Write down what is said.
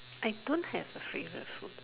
I don't have a favorite food